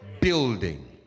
building